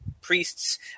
priests